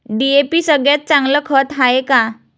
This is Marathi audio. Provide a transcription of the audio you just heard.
डी.ए.पी सगळ्यात चांगलं खत हाये का?